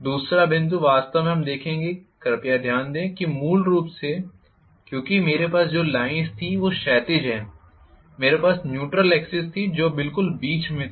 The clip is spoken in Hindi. दूसरा बिंदु वास्तव में हम देखेंगे कि कृपया ध्यान दें कि मूल रूप से क्योंकि मेरे पास जो लाइन्स थीं वो क्षैतिज हैं मेरे पास न्यूट्रल एक्सिस थी जो बिल्कुल बीच में थी